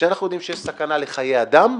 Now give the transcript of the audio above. כשאנחנו יודעים שיש סכנה לחיי אדם,